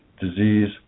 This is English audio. disease